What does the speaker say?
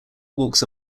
walks